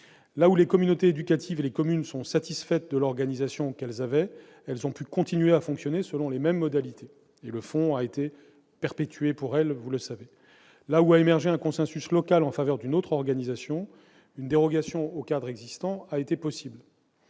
Là où les communautés éducatives et les communes sont satisfaites de l'organisation qu'elles avaient, elles ont pu continuer à fonctionner selon les mêmes modalités. Le fonds a été perpétué pour elles. Là où a émergé un consensus local en faveur d'une autre organisation, une dérogation aux cadres existants a été possible.